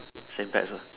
Saint Pat's uh